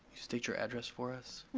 state your address for us.